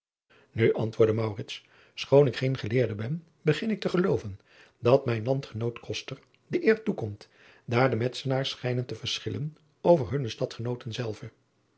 u antwoordde schoon ik geen geleerde ben begin ik te gelooven dat mijn andgenoot de eer toekomt daar de entzenaars schijnen te verschillen over hunne tadgenooten zelve